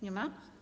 Nie ma.